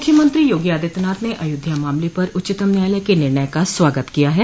मुख्यमंत्री योगी आदित्यनाथ ने अयोध्या मामले पर उच्चतम न्यायालय के निर्णय का स्वागत किया है